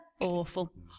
Awful